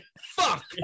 fuck